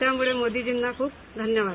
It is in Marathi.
त्यामुळे मोदीजीनां ख्रप धन्यवाद